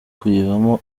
kuyivamo